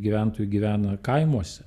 gyventojų gyvena kaimuose